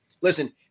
listen